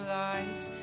life